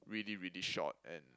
really really short and